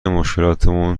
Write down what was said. مشکلاتمون